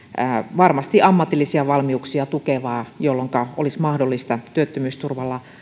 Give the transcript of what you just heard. varmasti ammatillisia valmiuksia tukevaa että olisi mahdollista että työttömyysturvalla